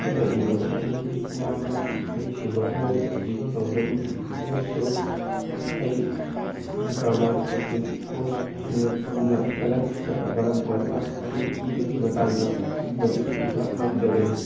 ꯈꯨꯠꯅ ꯏꯕ ꯃꯇꯝꯗꯗꯤ ꯌꯥꯝꯅ ꯍꯩꯁꯤꯡꯕ ꯃꯑꯣꯡꯗ ꯏꯕ ꯉꯝꯒꯅꯤ ꯑꯃꯁꯨꯡ ꯑꯩ ꯒ꯭ꯔꯃꯥꯔ ꯀꯣꯆꯤꯡ ꯀꯣꯔꯁ ꯑꯅꯤꯔꯛ ꯑꯍꯨꯝꯂꯛ ꯆꯠꯂꯛꯄꯅ ꯃꯔꯝ ꯑꯣꯏꯔꯒ ꯑꯩ ꯏꯕꯒꯤ ꯃꯇꯥꯡꯗ ꯑꯗꯨꯛꯀꯤ ꯃꯇꯤꯛ ꯏꯕ ꯉꯝꯖꯒꯅꯤ